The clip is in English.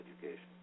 education